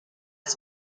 his